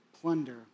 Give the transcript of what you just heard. plunder